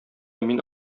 мин